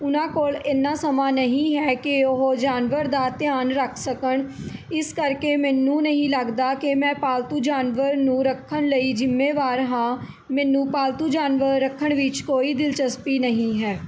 ਉਹਨਾਂ ਕੋਲ ਇੰਨਾ ਸਮਾਂ ਨਹੀਂ ਹੈ ਕਿ ਉਹ ਜਾਨਵਰ ਦਾ ਧਿਆਨ ਰੱਖ ਸਕਣ ਇਸ ਕਰਕੇ ਮੈਨੂੰ ਨਹੀਂ ਲੱਗਦਾ ਕਿ ਮੈਂ ਪਾਲਤੂ ਜਾਨਵਰ ਨੂੰ ਰੱਖਣ ਲਈ ਜ਼ਿੰਮੇਵਾਰ ਹਾਂ ਮੈਨੂੰ ਪਾਲਤੂ ਜਾਨਵਰ ਰੱਖਣ ਵਿੱਚ ਕੋਈ ਦਿਲਚਸਪੀ ਨਹੀਂ ਹੈ